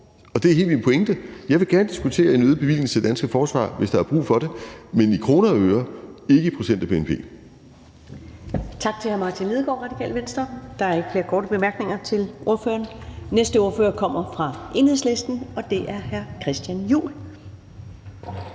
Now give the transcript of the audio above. og det er hele min pointe. Jeg vil gerne diskutere en øget bevilling til det danske forsvar, hvis der er brug for det, men det skal være i kroner og øre og ikke i procent af bnp. Kl.